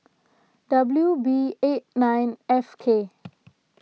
W B eight nine F K